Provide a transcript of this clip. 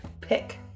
Pick